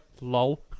Lol